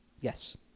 Yes